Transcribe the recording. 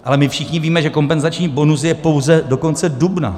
Ale my všichni víme, že kompenzační bonus je pouze do konce dubna.